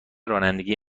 رانندگی